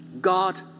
God